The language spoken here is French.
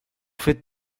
faites